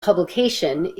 publication